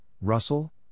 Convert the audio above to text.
Russell